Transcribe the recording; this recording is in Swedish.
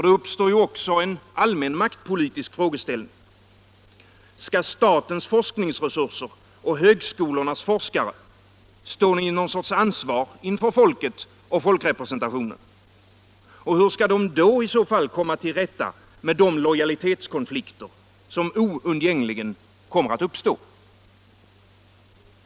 Det uppstår också en allmän maktpolitisk frågeställning: Skall statens forskningsresurser och högskolornas forskare stå i någon sorts ansvar inför folket och folkrepresentationen? Hur skall de i så fall komma till rätta med de lojalitetskonflikter som oundgängligen kommer att uppstå?